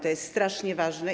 To jest strasznie ważne.